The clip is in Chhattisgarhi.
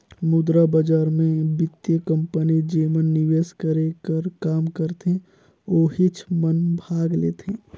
मुद्रा बजार मे बित्तीय कंपनी जेमन निवेस करे कर काम करथे ओहिच मन भाग लेथें